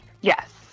Yes